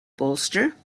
bolster